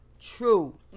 true